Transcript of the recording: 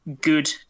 good